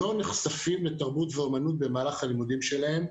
לא נחשפים לתרבות ולאומנות במהלך הלימודים שלהם,